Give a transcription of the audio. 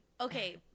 Okay